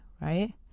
right